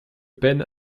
peine